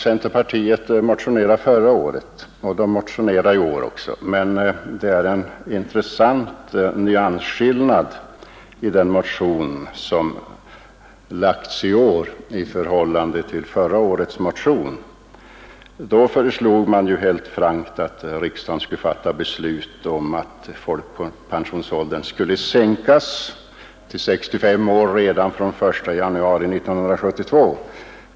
Centerpartiet motionerade förra året och motionerar i år också, men det är en intressant nyansskillnad mellan den motion som väckts i år och förra årets motion. Då föreslog man ju helt frankt att riksdagen skulle fatta beslut om att folkpensionsåldern skulle sänkas till 65 år redan från den 1 januari 1972.